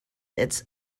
its